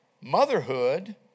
motherhood